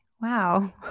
Wow